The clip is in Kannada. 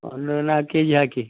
ಒಂದು ನಾಲ್ಕು ಕೆಜಿ ಹಾಕಿ